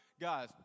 Guys